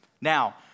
Now